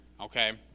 okay